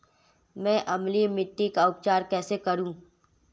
मैं अम्लीय मिट्टी का उपचार कैसे करूं?